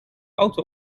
auto